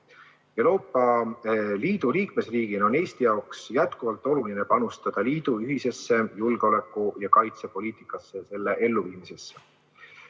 Euroopa Liidu liikmesriigina on Eesti jaoks jätkuvalt oluline panustada liidu ühisesse julgeoleku‑ ja kaitsepoliitika elluviimisesse.